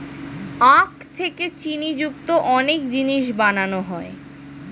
আখ থেকে চিনি যুক্ত অনেক জিনিস বানানো হয়